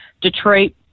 Detroit